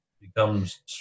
becomes